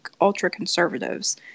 ultra-conservatives